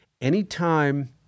anytime